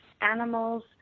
animals